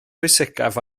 pwysicaf